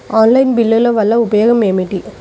Online బిల్లుల వల్ల ఉపయోగమేమిటీ?